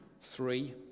Three